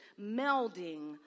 melding